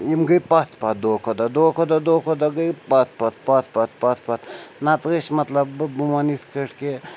یِم گٔے پَتھ پَتھ دۄہ کھۄ دۄہ دۄہ کھۄ دۄہ دۄہ کھۄ دۄہ گٔے پَتھ پَتھ پَتھ پَتھ پَتھ پَتھ نَتہٕ ٲسۍ مطلب بہٕ وَنہٕ یِتھ کٲٹھۍ کہِ